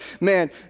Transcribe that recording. Man